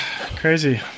crazy